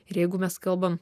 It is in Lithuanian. ir jeigu mes kalbam